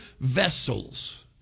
vessels